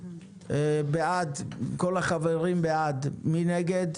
מי נגד?